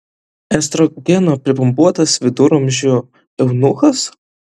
estrogeno pripumpuotas viduramžių eunuchas